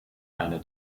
einer